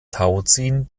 tauziehen